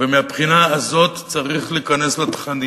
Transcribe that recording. ומהבחינה הזו צריך להיכנס לתכנים.